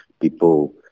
people